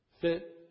fit